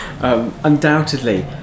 undoubtedly